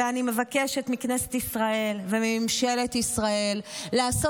ואני מבקשת מכנסת ישראל ומממשלת ישראל לעשות